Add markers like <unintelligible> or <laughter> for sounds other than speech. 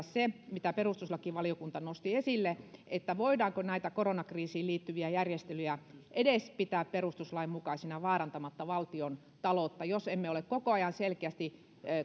<unintelligible> se mitä perustuslakivaliokunta nosti esille että voidaanko näitä koronkriisiin liittyviä järjestelyjä edes pitää perustuslain mukaisina vaarantamatta valtiontaloutta jos emme ole koko ajan selkeästi